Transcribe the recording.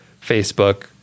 Facebook